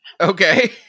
Okay